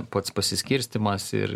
pats pasiskirstymas ir